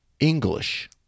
English